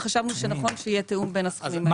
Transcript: וחשבנו שנכון שיהיה תיאום בין הסכומים.